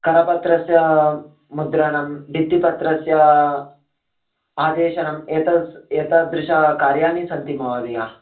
करपत्रस्य मुद्रणं भित्तिपत्रस्य आदेशनं एतादृशकार्याणि सन्ति महोदय